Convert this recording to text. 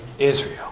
Israel